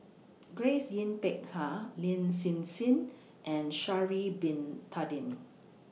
Grace Yin Peck Ha Lin Hsin Hsin and Sha'Ari Bin Tadin